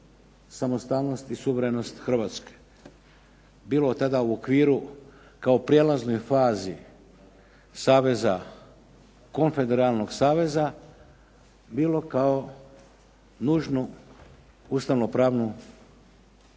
samostalnost i suverenost Hrvatske, bilo tada u okviru kao prijelaznoj fazi saveza, konfederalnog saveza, bilo kao nužnu ustavnopravnu stepenicu